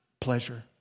pleasure